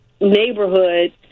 neighborhood